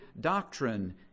doctrine